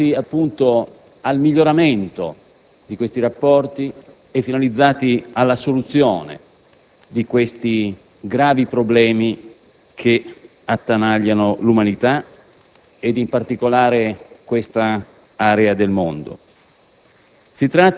finalizzata al miglioramento di tali rapporti e alla soluzione dei gravi problemi che attanagliano l'umanità ed in particolare quest'area del mondo.